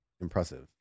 impressive